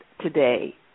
today